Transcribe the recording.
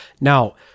Now